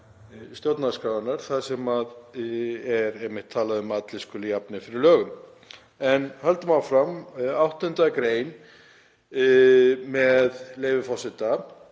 stjórnarskrárinnar þar sem er einmitt talað um að allir skuli jafnir fyrir lögum. En höldum áfram, 8. gr., með leyfi forseta: